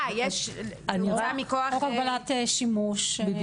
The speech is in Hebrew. חוק הגבלת שימוש, ועבירות.